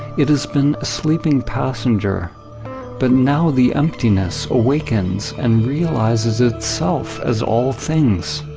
it has been a sleeping passenger but now the emptiness awakens and realizes itself as all things.